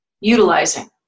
utilizing